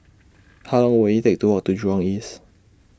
How Long Will IT Take to Walk to Jurong East